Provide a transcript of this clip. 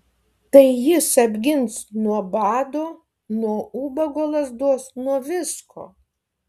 tai jis apgins nuo bado nuo ubago lazdos nuo visko